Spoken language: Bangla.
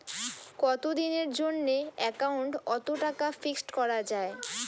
কতদিনের জন্যে একাউন্ট ওত টাকা ফিক্সড করা যায়?